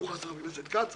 מבחינת סוג ניגוד העניינים,